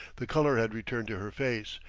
the color had returned to her face,